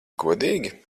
godīgi